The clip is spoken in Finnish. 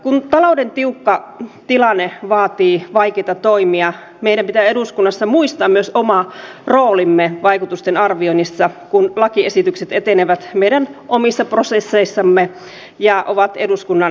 kun talouden tiukka tilanne vaatii vaikeita toimia meidän pitää eduskunnassa muistaa myös oma roolimme vaikutusten arvioinnissa kun lakiesitykset etenevät meidän omissa prosesseissamme ja ovat eduskunnan käsittelyssä